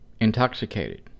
intoxicated